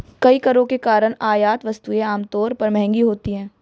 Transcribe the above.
कई करों के कारण आयात वस्तुएं आमतौर पर महंगी होती हैं